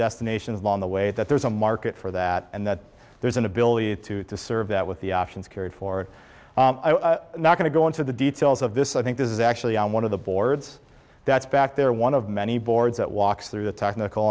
destinations along the way that there is a market for that and that there's an ability to serve that with the options carry forward not going to go into the details of this i think this is actually one of the boards that's back there one of many boards that walks through the technical